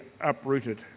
uprooted